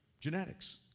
genetics